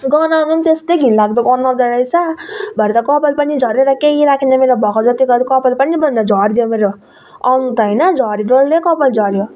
गनाउनु त्यस्तै घिन लाग्दो गनाउँदो रहेछ भरे त कपाल पनि झरेर केही राखेन मेरो भएको जति अरू कपाल पनि मेरो त झर्यो मेरो आउनु त होइन झर्यो डल्लै कपाल झर्यो